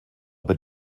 but